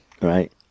Right